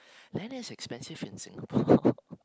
man that's expensive in Singapore